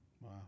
Wow